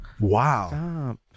Wow